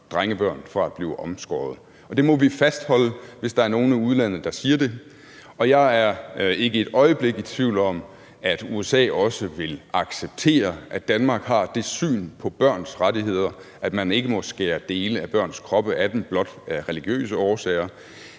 drengebørn, mod at blive omskåret, og det må vi fastholde, hvis der er nogen i udlandet, der siger det. Jeg er ikke et øjeblik i tvivl om, at USA også vil acceptere, at Danmark har det syn på børns rettigheder, at man ikke må skære dele af børns kroppe af dem blot af religiøse årsager.